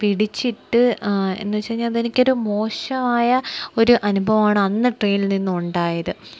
പിടിച്ചിട്ട് എന്നുവെച്ചുകഴിഞ്ഞാല് അതെനിക്കൊരു മോശമായ ഒരു അനുഭവമാണ് അന്ന് ട്രെയിനിൽ നിന്നുണ്ടായത്